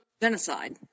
Genocide